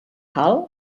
hall